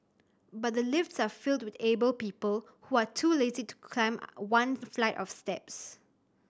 but the lifts are filled with able people who are too lazy to climb one flight of steps